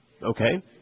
Okay